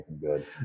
Good